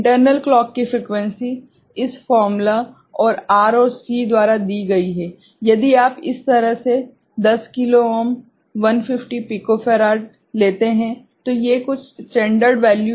internal clock की frequency इस सूत्र और R और C द्वारा दी गई है यदि आप इस तरह से 10 किलो ओम 150 पिको फेराड लेते हैं ये कुछ स्टैंडर्ड वैल्यू हैं